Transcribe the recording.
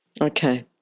Okay